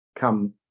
come